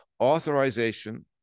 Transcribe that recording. authorization